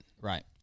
Right